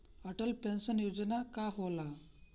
Atal pension योजना का होला?